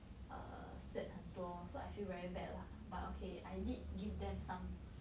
err sweat 很多 so I feel very bad lah but okay I did give them some